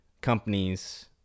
companies